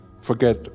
forget